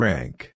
Rank